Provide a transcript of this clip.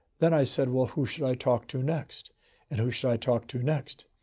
then i said, well, who should i talk to next and who should i talk to next?